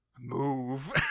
move